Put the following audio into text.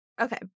Okay